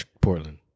Portland